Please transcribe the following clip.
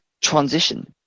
transition